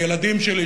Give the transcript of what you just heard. הילדים שלי,